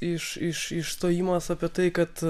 iš iš išstojimas apie tai kad